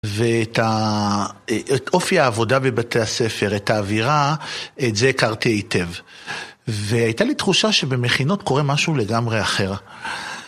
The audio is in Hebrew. ואת ה... את אופי העבודה בבתי הספר, את האווירה, את זה הכרתי היטב. והייתה לי תחושה שבמכינות קורה משהו לגמרי אחר.